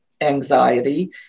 anxiety